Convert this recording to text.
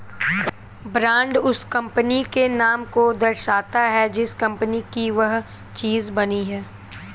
brand उस company के नाम को दर्शाता है जिस कंपनी की वह चीज बनी है